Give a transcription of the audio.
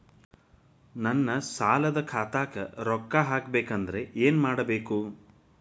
ನನ್ನ ಸಾಲದ ಖಾತಾಕ್ ರೊಕ್ಕ ಹಾಕ್ಬೇಕಂದ್ರೆ ಏನ್ ಮಾಡಬೇಕು?